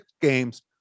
games